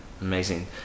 Amazing